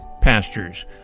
pastures